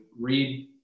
read